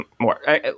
more